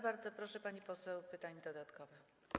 Bardzo proszę, pani poseł, pytanie dodatkowe.